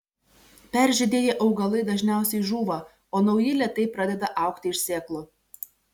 peržydėję augalai dažniausiai žūva o nauji lėtai pradeda augti iš sėklų